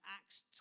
Acts